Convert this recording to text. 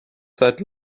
seit